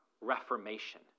reformation